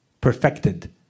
perfected